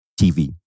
TV